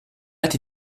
pas